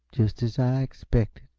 just as i expected,